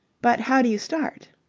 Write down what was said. but how do you start?